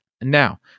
Now